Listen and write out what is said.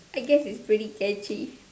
I guess it's really edgy